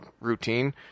routine